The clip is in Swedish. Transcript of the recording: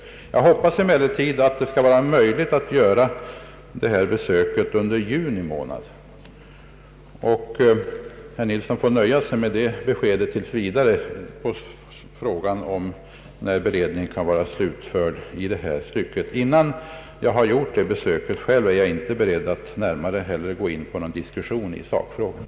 Jag hoppas emellertid att det skall bli möjligt för mig att göra detta besök under juni månad. Herr Nilsson får nöja sig med det beskedet tills vidare på frågan om när beredningen kan vara slutförd i det här stycket. Innan jag själv har gjort detta besök är jag inte beredd att gå in på någon diskussion i sakfrågan.